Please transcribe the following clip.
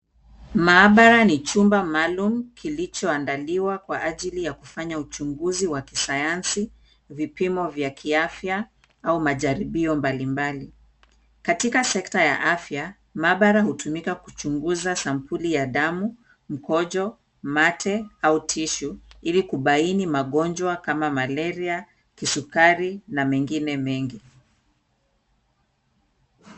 Maabara ni chumba maalum kilichoandaliwa kwa ajili ya kufanya uchunguzi wa kisayansi, vipimo vya kiafya au majaribio mbalimbali. Katika sekta ya afya, maabara hutumika kuchunguza sampuli ya damu, mkojo, mate au tissue ili kubaini magonjwa kama malaria, kisukari na mengine mengi.